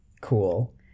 cool